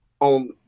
on